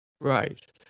Right